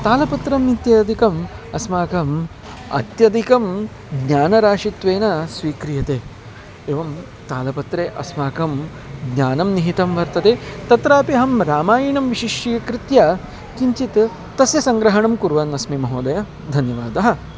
तालपत्रम् इत्यादिकम् अस्माकम् अत्यधिकं ज्ञानराशित्वेन स्वीक्रियते एवं तालपत्रे अस्माकं ज्ञानं निहितं वर्तते तत्रापि अहं रामायणं विशिष्यीकृत्य किञ्चित् तस्य सङ्ग्रहणं कुर्वन्नस्मि महोदय धन्यवादः